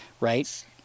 Right